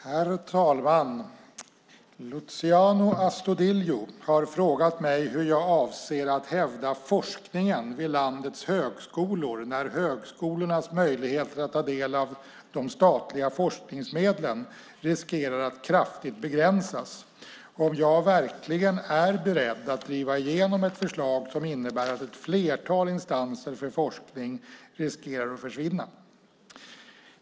Herr talman! Luciano Astudillo har frågat mig hur jag avser att hävda forskningen vid landets högskolor när högskolornas möjlighet att ta del av de statliga forskningsmedlen riskerar att kraftigt begränsas och om jag verkligen är beredd att driva igenom ett förslag som innebär att ett flertal instanser för forskning riskerar att försvinna.